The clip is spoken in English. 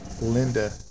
Linda